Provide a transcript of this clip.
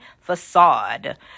facade